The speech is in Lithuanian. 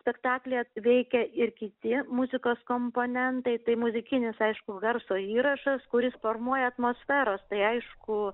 spektaklyje veikia ir kiti muzikos komponentai tai muzikinis aišku garso įrašas kuris formuoja atmosferos tai aišku